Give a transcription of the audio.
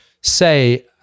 say